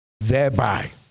thereby